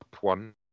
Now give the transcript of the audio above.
one